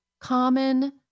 common